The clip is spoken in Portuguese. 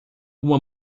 uma